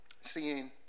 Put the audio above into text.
seeing